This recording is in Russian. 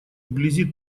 вблизи